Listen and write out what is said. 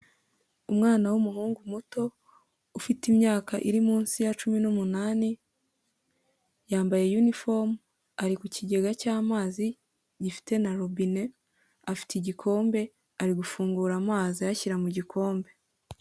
Umwana w'umuhungu muto, ufite imyaka iri munsi ya cumi n'umunani, yambaye yunifomu, ari ku kigega cy'amazi gifite na robine, afite igikombe ari gufungura amazi ayashyira mu gikombe.